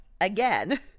again